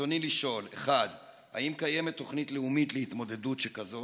רצוני לשאול: 1. האם קיימת תוכנית לאומית להתמודדות שכזאת?